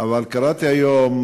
אבל קראתי היום,